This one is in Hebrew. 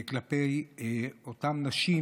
כלפי אותן נשים,